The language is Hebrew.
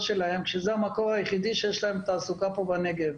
שלהם כשזה המקור היחידי שיש להם תעסוקה פה בנגב.